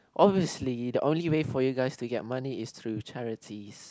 obviously the only way for you guys to get money is through charities